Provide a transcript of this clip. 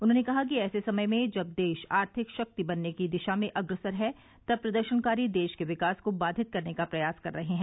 उन्होंने कहा कि ऐसे समय में जब देश आर्थिक शक्ति बनने की दिशा में अग्रसर है तब प्रदर्शनकारी देश के विकास को बाधित करने का प्रयास कर रहे हैं